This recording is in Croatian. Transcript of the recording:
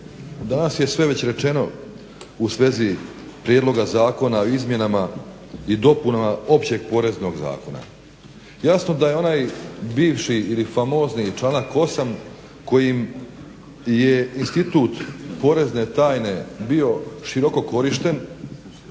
danas je sve već rečeno u svezi Prijedloga zakona o izmjenama i dopunama Općeg poreznog zakona. Jasno da je onaj bivši ili famozni članak 8. Kojim je institut porezne tajne bio široko korišten